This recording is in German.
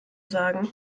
sagen